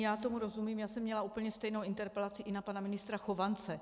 Já tomu rozumím, měla jsem úplně stejnou interpelaci i na pana ministra Chovance.